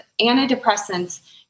antidepressants